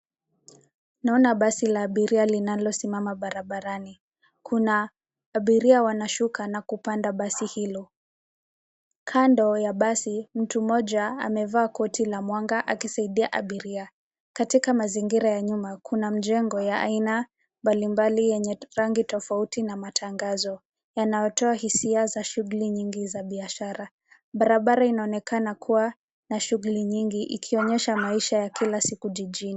Naona basi la abiria linalosimama barabarani. Kuna abiria wanashuka na kupanda basi hilo. Kando ya basi, mtu mmoja amevaa koti la mwanga akisaidia abiria. Katika mazingira ya nyuma, kuna mjengo ya aina mbalimbali yenye rangi tofauti na matangazo yanayotoa hisia za shughuli nyingi za kibiashara. Barabara inaonekana kuwa na shughli nyingi ikionyesha maisha ya kila siku jijini.